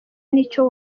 n’icyo